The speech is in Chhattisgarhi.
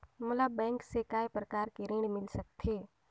मोला बैंक से काय प्रकार कर ऋण मिल सकथे?